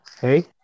Hey